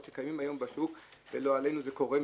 שקיימות היום השוק ולא עלינו זה קורה.